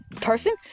person